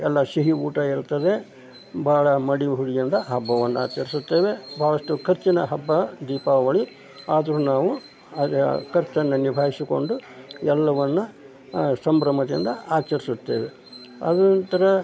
ಎಲ್ಲ ಸಿಹಿ ಊಟ ಇರ್ತದೆ ಭಾಳ ಮಡಿ ಹುಡಿಯಿಂದ ಹಬ್ಬವನ್ನು ಆಚರಿಸುತ್ತೇವೆ ಭಾಳಷ್ಟು ಖರ್ಚಿನ ಹಬ್ಬ ದೀಪಾವಳಿ ಆದರೂ ನಾವು ಅದೇ ಖರ್ಚನ್ನು ನಿಭಾಯಿಸಿಕೊಂಡು ಎಲ್ಲವನ್ನು ಸಂಭ್ರಮದಿಂದ ಆಚರಿಸುತ್ತೇವೆ ಅದು ಒಂಥರ